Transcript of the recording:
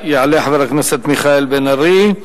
יעלה חבר הכנסת מיכאל בן-ארי,